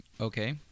Okay